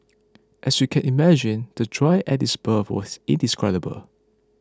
as you can imagine the joy at his birth was indescribable